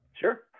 Sure